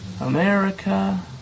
America